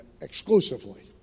exclusively